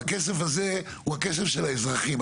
הכסף הזה הוא הכסף של האזרחים.